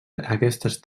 aquestes